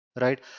right